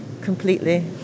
completely